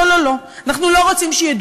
לא,